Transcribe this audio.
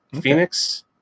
Phoenix